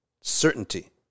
certainty